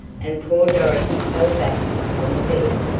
and poor dorothy fell back upon the bed.